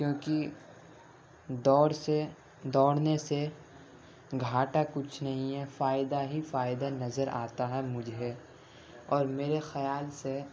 کیوں کہ دوڑ سے دوڑنے سے گھاٹا کچھ نہیں ہے فائدہ ہی فائدہ نظر آتا ہے مجھے اور میرے خیال سے